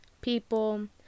people